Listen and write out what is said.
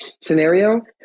scenario